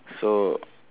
so